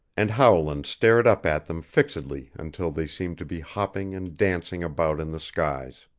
and howland stared up at them fixedly until they seemed to be hopping and dancing about in the skies.